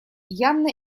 явно